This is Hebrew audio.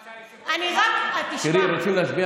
היושב-ראש,